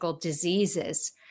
Diseases